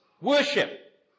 worship